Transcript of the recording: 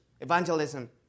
evangelism